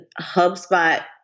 HubSpot